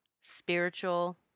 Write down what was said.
spiritual